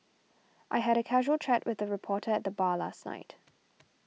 I had a casual chat with a reporter at the bar last night